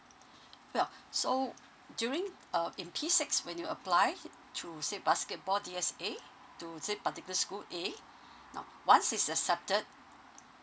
well so during uh in P six when you apply through say basketball D_S_A to say particular school A now once it's accepted